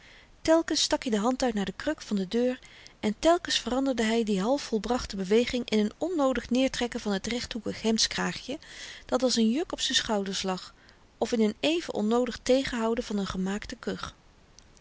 telkens stak i de hand uit naar de kruk van de deur en telkens veranderde hy die halfvolbrachte beweging in n onnoodig neertrekken van t rechthoekig hemdskraagje dat als n juk op z'n schouders lag of in n even onnoodig tegenhouden van n gemaakte kuch